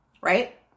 right